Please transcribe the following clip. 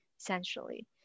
essentially